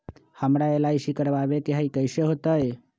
हमरा एल.आई.सी करवावे के हई कैसे होतई?